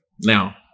now